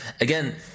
again